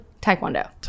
Taekwondo